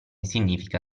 significa